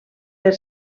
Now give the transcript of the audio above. per